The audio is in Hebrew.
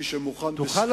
מי שמוכן לשכירות,